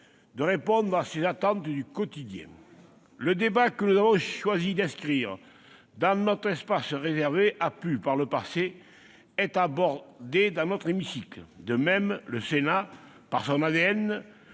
de répondre à ces attentes du quotidien. Le débat que nous avons choisi d'inscrire dans notre espace réservé a pu, par le passé, être abordé dans cet hémicycle. De plus, le Sénat, par son ADN,